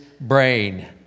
brain